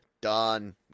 done